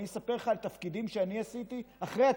אני מספר לך על תפקידים שאני עשיתי אחרי הצבא.